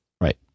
right